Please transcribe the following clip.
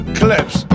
clips